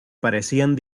parecían